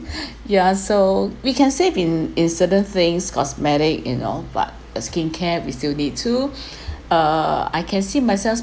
ya so we can save in in certain things cosmetic you know but uh skin care we still need too uh I can see myself